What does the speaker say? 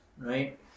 right